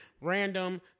random